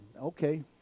okay